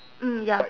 mm ya